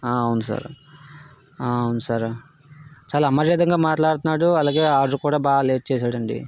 ఆ అవును సార్ ఆ అవును సార్ చాలా అమర్యాదగా మాట్లాడుతున్నాడు అలాగే ఆర్డర్ కూడా బాగా లేట్ చేశాడండీ